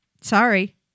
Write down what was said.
Sorry